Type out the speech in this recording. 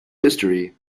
history